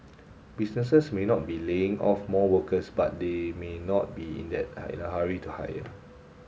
businesses may not be laying off more workers but they may not be in that I hurry to hire